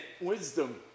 wisdom